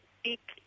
speak